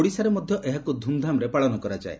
ଓଡ଼ିଶାରେ ମଧ୍ୟ ଏହାକୁ ଧୁମ୍ଧାମ୍ରେ ପାଳନ କରାଯାଏ